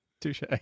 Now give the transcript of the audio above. touche